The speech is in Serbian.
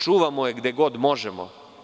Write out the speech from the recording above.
Čuvamo je gde god možemo.